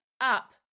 up